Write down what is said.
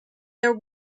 their